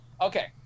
Okay